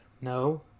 No